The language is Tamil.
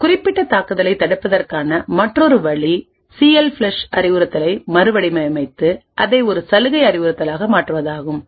இந்த குறிப்பிட்ட தாக்குதலைத் தடுப்பதற்கான மற்றொரு வழி சிஎல்ஃப்ளஷ் அறிவுறுத்தலை மறுவடிவமைத்து அதை ஒரு சலுகை அறிவுறுத்தலாக மாற்றுவதாகும்